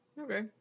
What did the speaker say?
Okay